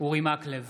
אורי מקלב,